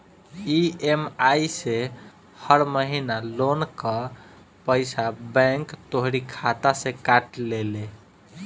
EMI से हर महिना लोन कअ पईसा बैंक तोहरी खाता से काट लेले